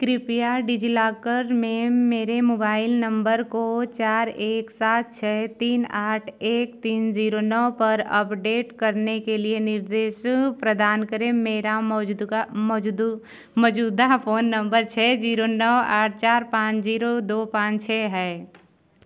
कृपया डिजिलॉकर में मेरे मोबाइल नम्बर को चार एक सात छः तीन आठ एक तीन जीरो नौ पर अपडेट करने के लिए निर्देश प्रदान करें मेरा मौजूदगा मजदू मौजूदा फ़ोन नम्बर छः जीरो नौ आठ चार पाँच जीरो दो पाँच छः है